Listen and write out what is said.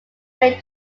may